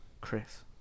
Chris